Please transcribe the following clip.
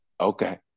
okay